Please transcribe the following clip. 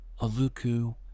Aluku